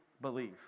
believe